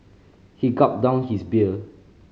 he gulped down his beer